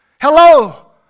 Hello